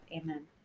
Amen